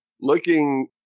Looking